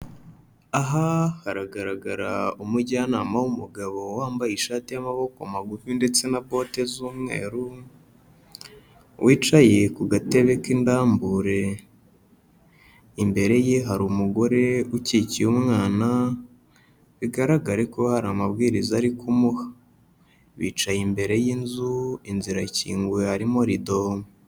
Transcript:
Aha haragaragara umujyanama w'umugabo wambaye ishati y'amaboko magufi ndetse na bote z'umweru, wicaye ku gatebe cy'indambure, imbere ye hari umugore ukikiye umwana, bigaragare ko hari amabwiriza ari kumuha, bicaye imbere y'inzu, inzu irakinguye harimo rido.